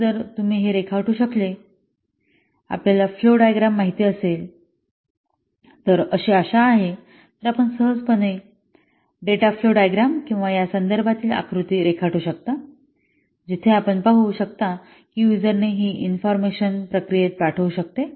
म्हणूनच जर तुम्ही रेखाटू शकले आपल्याला फ्लो डायग्राम माहित असेल अशी आशा आहे तर आपण सहजपणे डेटा फ्लो डायग्राम किंवा या संदर्भातील आकृती रेखाटू शकता जिथे आपण पाहू शकता की यूजरने ही इन्फॉर्मेशन प्रक्रियेत पाठवू शकते